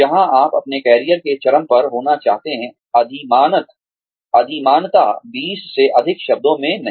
जहां आप अपने करियर के चरम पर होना चाहते हैं अधिमानतः 20 से अधिक शब्दों में नहीं